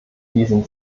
diesem